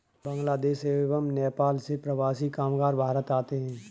बांग्लादेश एवं नेपाल से प्रवासी कामगार भारत आते हैं